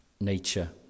nature